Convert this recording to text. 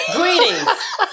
Greetings